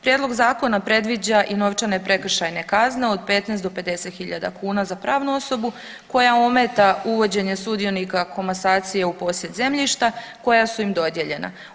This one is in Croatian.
Prijedlog zakona predviđa i novčane prekršajne kazne od 15 do 50 hiljada kuna za pravnu osobu koja ometa uvođenje sudionika komasacije u posjed zemljišta koja su im dodijeljena.